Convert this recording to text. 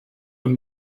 und